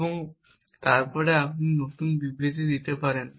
এবং তারপরে আপনি নতুন বিবৃতি দিতে পারেন